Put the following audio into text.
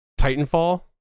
titanfall